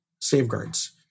safeguards